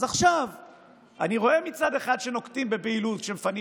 אז עכשיו אני רואה שמצד אחד נוקטים בהילות ומפנים